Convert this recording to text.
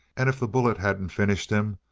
and if the bullet hadn't finished him,